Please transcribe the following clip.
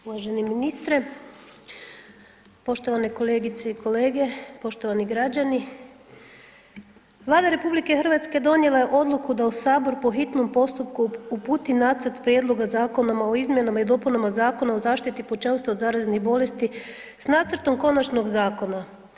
Uvaženi ministre, poštovane kolegice i kolege, poštovani građani, Vlada RH donijela je odluku da u sabor po hitnom postupku uputi Nacrt Prijedloga Zakona o izmjenama i dopunama Zakona o zaštiti pučanstva od zaraznih bolesti s nacrtom konačnog zakona.